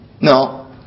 No